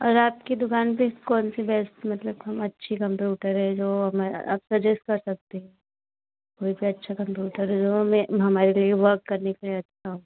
और आपकी दुकान पर कौन सी बेस्ट मतलब हम अच्छी कंप्यूटर है जो हमें आप सजेस कर सकते है कोई भी अच्छा कंप्यूटर जो हमें हमारे लिए वर्क करने के लिए अच्छा हो